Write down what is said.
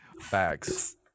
Facts